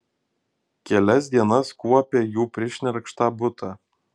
kelias dienas kuopė jų prišnerkštą butą